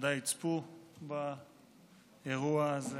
שבוודאי יצפו באירוע הזה,